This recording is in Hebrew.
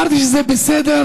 אמרתי שזה בסדר,